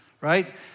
right